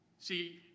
see